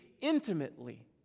intimately